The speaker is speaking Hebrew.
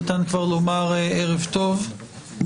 ניתן כבר לומר ערב טוב,